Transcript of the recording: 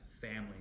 family